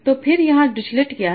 तो फिर यहां डिरिचलेट क्या है